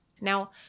Now